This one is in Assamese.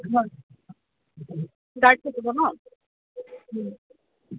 হয় গাইড থাকিব ন